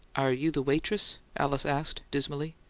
are you the waitress? alice asked, dismally.